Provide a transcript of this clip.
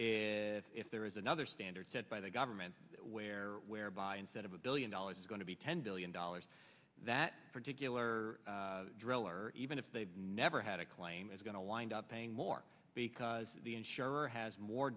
and if there is another standard set by the government where whereby instead of a billion dollars is going to be ten billion dollars that particular driller even if they've never had a claim is going to wind up paying more because the insurer has more